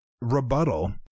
rebuttal